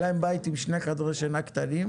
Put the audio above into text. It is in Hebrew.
היה להם בית עם שני חדרי שינה קטנים,